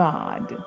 God